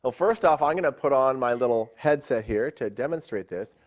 ah first off, i'm going to put on my little headset here to demonstrate this.